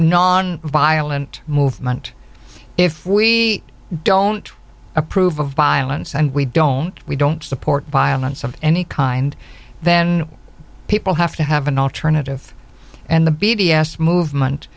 non violent movement if we don't approve of violence and we don't we don't support violence of any kind then people have to have an alternative and the b d s movement